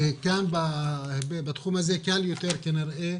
כאן בתחום הזה קל כנראה